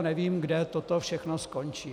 Nevím, kde toto všechno skončí.